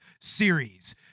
series